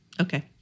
Okay